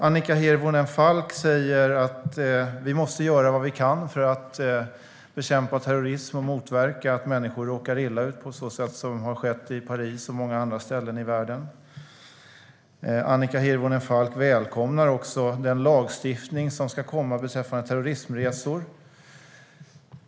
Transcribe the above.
Annika Hirvonen Falk säger att vi måste göra vad vi kan för att bekämpa terrorism och motverka att människor råkar illa ut på så sätt som har skett i Paris och många andra ställen i världen. Annika Hirvonen Falk välkomnar också den lagstiftning som ska komma beträffande terrorismresor.